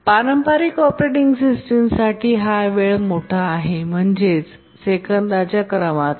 पारंपारिक operating system साठी हा वेळ मोठा आहे म्हणजेच सेकंदाच्या क्रमाचा